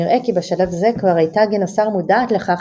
נראה כי בשלב זה כבר הייתה גינוסר מודעת לכך,